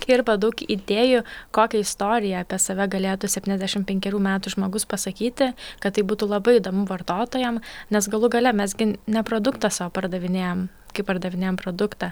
kirba daug idėjų kokią istoriją apie save galėtų septyniasdešimt penkerių metų žmogus pasakyti kad tai būtų labai įdomu vartotojam nes galų gale mes ne produktą sau pardavinėjam kai pardavinėjam produktą